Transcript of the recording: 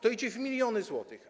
To idzie w miliony złotych.